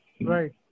Right